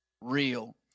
real